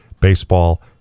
baseball